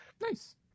nice